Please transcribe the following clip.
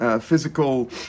physical